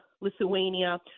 Lithuania